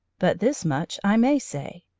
but this much i may say,